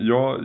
Jag